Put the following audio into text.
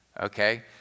Okay